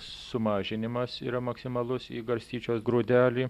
sumažinimas yra maksimalus į garstyčios grūdelį